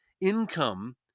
income